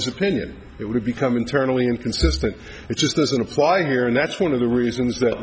his opinion it would become internally inconsistent it just doesn't apply here and that's one of the reasons that